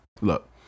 look